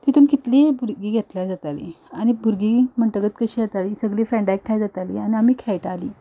तितून कितलींय भुरगीं घेतल्यार जाताली आनी भुरगीं म्हणतगच कशीं जातालीं सगलीं फ्रेंडां एकठांय जातालीं आनी आमी खेळटालीं